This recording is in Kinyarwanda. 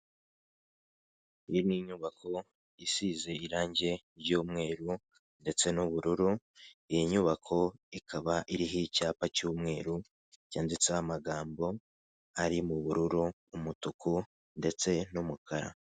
Iyi ni inyubako isize irange ry'umweru ndetse n'ubururu, iyi nyubako ikaba iriho icyapa cy'umweru cyanditseho amagambo ari mu bururu, umutuku ndetse n'umukara.